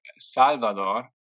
Salvador